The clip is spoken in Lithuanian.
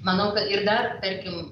manau kad ir dar tarkim